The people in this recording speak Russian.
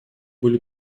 были